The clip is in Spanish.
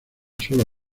sola